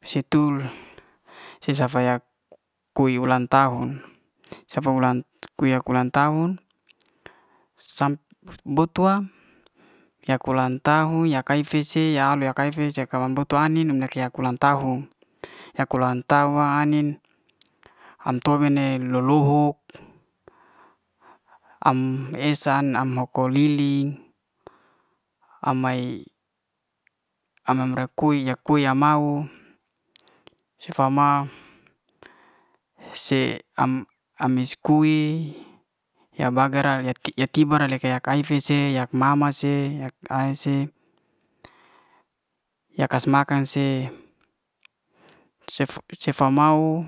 Si tul si'sa fayak kue ulan tahun safa ulan kue yak ulan tahun sam botua yak ulan tahun yakai'fe se yak kayam bout'to ai'nin yak ka'lak ulan tahun. yak ulan tahun ya ai'nin am tobo'ne lolohok am esa am o'ko lili am ma am am rakue am yam kue sifa ma se amis'kue ya ba'gra ya keb'ra ya re'ke ya ka'ifis yak mama si, yak ai'si. yak kas makan si cef cef'a mau